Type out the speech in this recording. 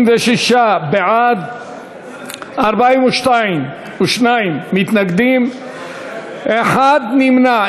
56 בעד, 42 מתנגדים, אחד נמנע.